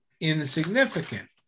insignificant